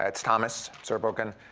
it's thomas zurbuchen.